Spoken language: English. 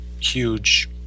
huge